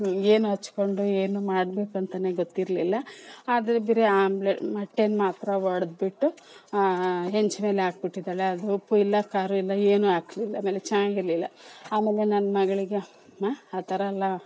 ಏನು ಹಚ್ಕೊಂಡು ಏನು ಮಾಡಬೇಕು ಅಂತನೇ ಗೊತ್ತಿರ್ಲಿಲ್ಲ ಆದ್ರೆ ಭೀ ರೀ ಆಮ್ಲೆಟ್ ಮೊಟ್ಟೆನ ಮಾತ್ರ ಒಡೆದ್ಬಿಟ್ಟು ಹೆಂಚು ಮೇಲೆ ಹಾಕ್ಬಿಟ್ಟಿದ್ದಾಳೆ ಉಪ್ಪು ಇಲ್ಲ ಖಾರ ಇಲ್ಲ ಏನು ಹಾಕಲಿಲ್ಲ ಆಮೇಲೆ ಚೆನ್ನಾಗಿರಲಿಲ್ಲ ಆಮೇಲೆ ನನ್ನ ಮಗಳಿಗೆ ಆ ಥರ ಅಲ್ಲ